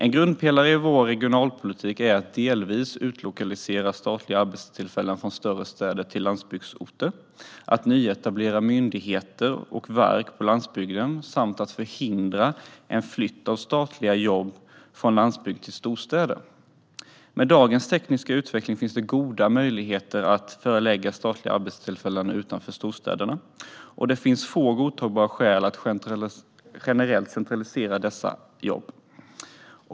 En grundpelare i vår regionalpolitik är att delvis utlokalisera statliga arbetstillfällen från större städer till landsbygdsorter, att nyetablera myndigheter och verk på landsbygden samt att förhindra en flytt av statliga jobb från landsbygd till storstäder. Med dagens tekniska utveckling finns det goda möjligheter att förlägga statliga arbetstillfällen utanför storstäderna, och det finns få godtagbara skäl att generellt centralisera dessa jobb.